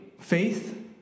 faith